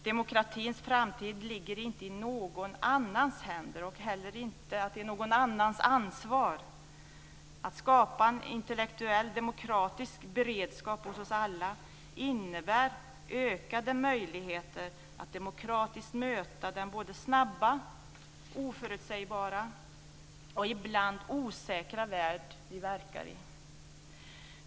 Demokratins framtid ligger inte i någon annans händer och är inte heller någon annans ansvar. Att skapa en intellektuell demokratisk beredskap hos oss alla innebär ökade möjligheter att demokratiskt möta den snabba, oförutsägbara och ibland osäkra värld vi verkar i.